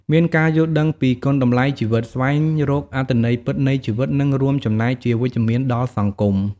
មានការយល់ដឹងពីគុណតម្លៃជីវិត ស្វែងរកអត្ថន័យពិតនៃជីវិត និងរួមចំណែកជាវិជ្ជមានដល់សង្គម។